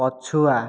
ପଛୁଆ